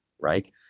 right